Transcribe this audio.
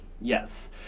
Yes